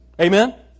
Amen